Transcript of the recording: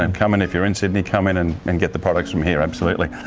um come in if you're in sydney, come in and and get the products from here absolutely.